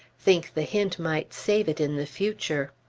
think the hint might save it in the future!